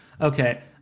Okay